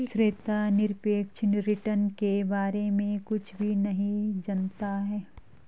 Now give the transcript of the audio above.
श्वेता निरपेक्ष रिटर्न के बारे में कुछ भी नहीं जनता है